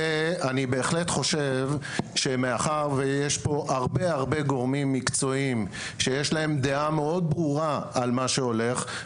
מאחר שיש פה הרבה גורמים מקצועיים שיש להם דעה מאוד ברורה על מה שהולך,